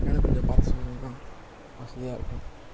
அதனால கொஞ்சம் பார்த்து சொன்னிங்கன்னா வசதியாக இருக்கும்